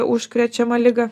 užkrečiamą ligą